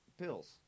pills